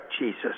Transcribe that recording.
jesus